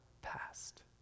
past